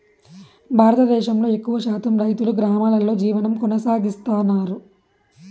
భారతదేశంలో ఎక్కువ శాతం రైతులు గ్రామాలలో జీవనం కొనసాగిస్తన్నారు